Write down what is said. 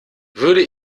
würde